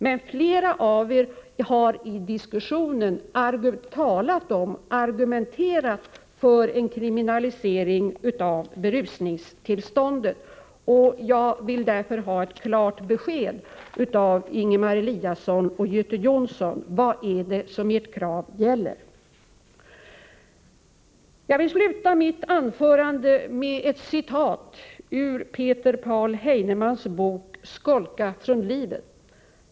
Men flera av er har i diskussionen talat om och argumenterat för en kriminalisering av berusningstillståndet. Jag vill därför ha ett klart besked av Ingemar Eliasson och Göte Jonsson. Vad är det som ert krav gäller? Jag vill avsluta mitt anförande med ett citat ur Peter Paul Heinemanns bok Skolka från livet.